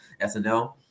SNL